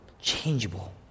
changeable